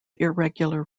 irregular